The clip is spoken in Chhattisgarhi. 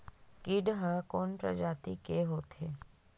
कीट ह कोन प्रजाति के होथे?